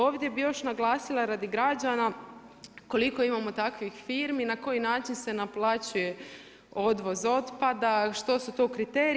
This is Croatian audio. Ovdje bih još naglasila radi građana koliko imamo takvih firmi i na koji način se naplaćuje odvoz otpada, što su to kriteriji.